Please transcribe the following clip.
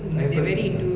அது இப்ப:athu ippa